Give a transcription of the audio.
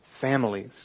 families